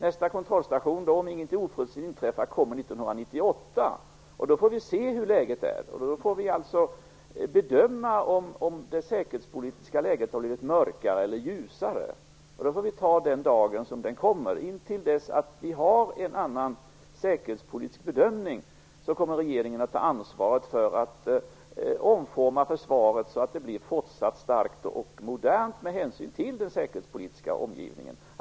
Nästa kontrollstation, om inget oförutsett inträffar, kommer 1998. Då får vi se hurdant läget är och bedöma om det säkerhetspolitiska läget har blivit mörkare eller ljusare. Vi får ta den dagen som den kommer. Intill dess att vi har en annan säkerhetspolitisk bedömning kommer regeringen att ta ansvaret för att omforma försvaret så att det fortsätter att vara starkt och modernt med hänsyn till den säkerhetspolitiska omgivningen.